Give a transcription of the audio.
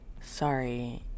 sorry